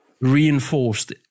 reinforced